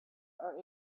are